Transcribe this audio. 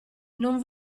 non